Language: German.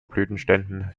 blütenständen